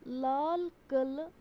Lal Qila